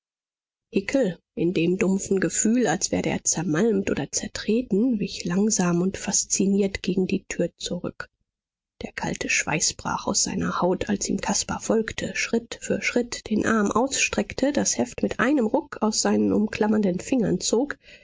in dem dumpfen gefühl als werde er zermalmt oder zertreten wich langsam und fasziniert gegen die tür zurück der kalte schweiß brach aus seiner haut als ihm caspar folgte schritt für schritt den arm ausstreckte das heft mit einem ruck aus seinen umklammernden fingern zog